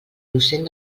docent